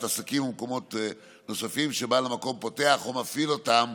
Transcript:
עסקים ומקומות נוספים שבעל המקום פותח או מפעיל אותם